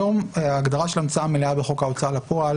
היום ההגדרה של המצאה מלאה בחוק ההוצאה לפועל